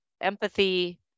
empathy